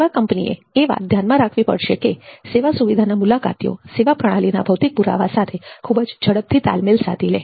સેવા કંપનીએ એ વાત ધ્યાનમાં રાખવી પડશે કે સેવા સુવિધાના મુલાકાતીઓ સેવા પ્રણાલીના ભૌતિક પુરાવા સાથે ખૂબ જ ઝડપથી તાલમેલ સાધી લે